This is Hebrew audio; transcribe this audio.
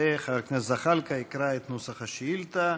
וחבר הכנסת זחאלקה יקרא את נוסח השאילתה.